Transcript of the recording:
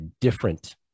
different